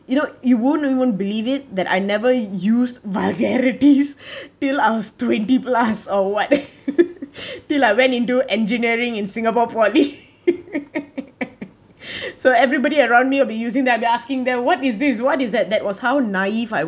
you know you won't you won't believe it that I never used vulgarities till I was twenty plus or what till I went into engineering in singapore poly so everybody around me will be using that asking them what is this what is that that was how naive I